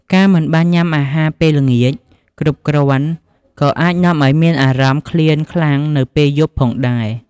ការមិនបានញ៉ាំអាហារពេលល្ងាចគ្រប់គ្រាន់ ក៏អាចនាំឱ្យមានអារម្មណ៍ឃ្លានខ្លាំងនៅពេលយប់ផងដែរ។